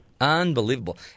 Unbelievable